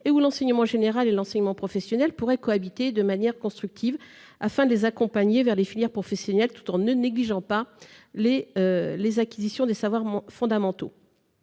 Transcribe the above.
où l'enseignement général et l'enseignement professionnel pourraient cohabiter de manière constructive, afin de les accompagner vers les filières professionnelles, tout en ne négligeant pas l'acquisition des savoirs fondamentaux.